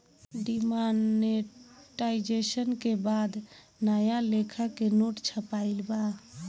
demonetisation के बाद नया लेखा के नोट छपाईल बा